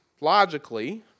logically